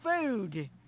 food